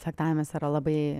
fechtavimas yra labai